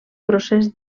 procés